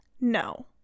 No